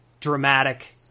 dramatic